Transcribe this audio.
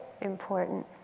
important